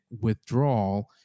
withdrawal